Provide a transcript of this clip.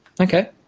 Okay